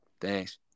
Thanks